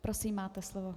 Prosím, máte slovo.